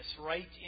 right